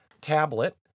tablet